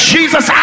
Jesus